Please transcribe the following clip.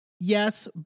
Yes